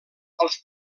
als